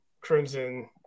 crimson